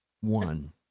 one